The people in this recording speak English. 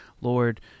Lord